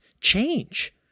change